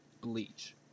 Bleach